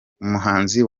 umuhanzi